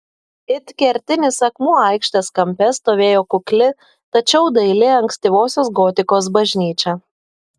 it kertinis akmuo aikštės kampe stovėjo kukli tačiau daili ankstyvosios gotikos bažnyčia